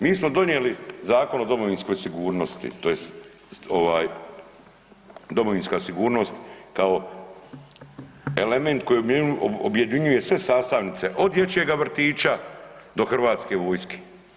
Mi smo donijeli Zakon o domovinskoj sigurnosti, tj. domovinska sigurnost kao element koji objedinjuje sve sastavnice od dječjega vrtića do Hrvatske vojske.